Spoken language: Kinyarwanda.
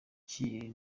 cyril